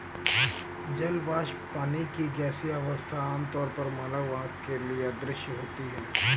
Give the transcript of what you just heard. जल वाष्प, पानी की गैसीय अवस्था, आमतौर पर मानव आँख के लिए अदृश्य होती है